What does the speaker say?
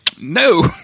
no